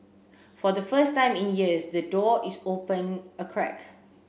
for the first time in years the door is open a crack